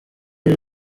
iri